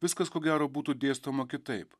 viskas ko gero būtų dėstoma kitaip